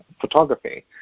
photography